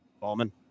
Ballman